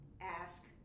ask